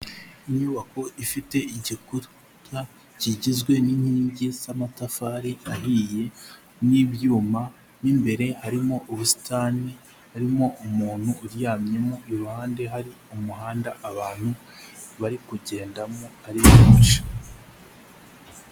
Inyubako ifite igikuta kigizwe n'inkingi z'amatafari ahiye n'ibyuma, mo imbere harimo ubusitani, harimo umuntu uryamyemo, iruhande hari umuhanda abantu bari kugendamo ari benshi.